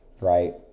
right